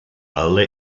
alle